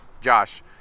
Josh